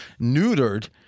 neutered